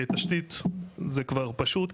תשתית זה כבר פשוט,